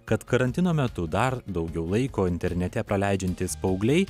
kad karantino metu dar daugiau laiko internete praleidžiantys paaugliai